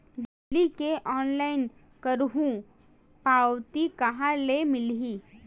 बिजली के ऑनलाइन करहु पावती कहां ले मिलही?